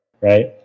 right